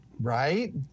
Right